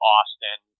Austin